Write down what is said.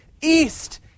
East